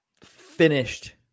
finished